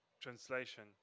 translation